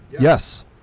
Yes